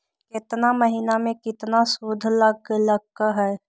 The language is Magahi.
केतना महीना में कितना शुध लग लक ह?